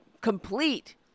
complete